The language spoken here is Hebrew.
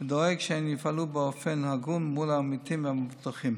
ודואג שהן יפעלו באופן הגון מול העמיתים והמבוטחים.